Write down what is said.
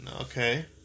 Okay